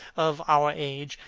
of our age.